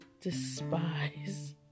despise